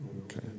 Okay